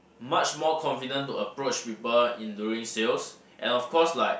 much more confident to approach people in doing sales and of course like